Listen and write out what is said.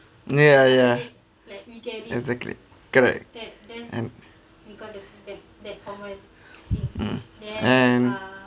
yeah yeah exactly correct and mm and